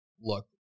look